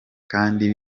kandi